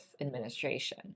administration